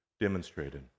demonstrated